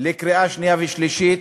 לקריאה שנייה ושלישית.